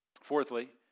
Fourthly